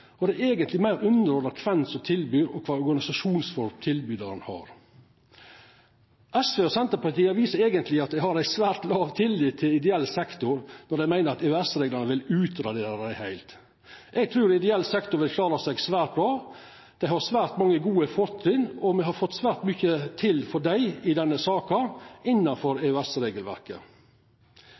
og det er eigentleg meir underordna kven som tilbyr, og kva for organisasjonsform tilbydarane har. SV og Senterpartiet viser eigentleg at dei har svært låg tillit til ideell sektor når dei meiner at EØS-reglane vil utradera dei heilt. Eg trur ideell sektor vil klara seg svært bra. Dei har svært mange fortrinn, og me har fått svært mykje til for dei i denne saka – innanfor